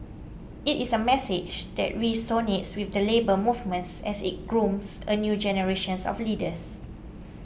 it is a message that resonates with the Labour Movements as it grooms a new generations of leaders